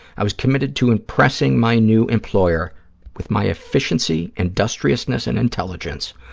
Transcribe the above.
i was committed to impressing my new employer with my efficiency, industriousness and intelligence.